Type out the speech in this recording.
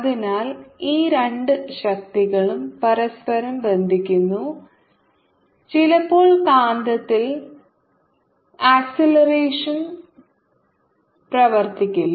അതിനാൽ ഈ രണ്ട് ശക്തികളും പരസ്പരം ബന്ധിപ്പിക്കുന്നു ചിലപ്പോൾ കാന്തത്തിൽ ആക്സിലറേഷൻ പ്രവർത്തിക്കില്ല